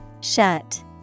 Shut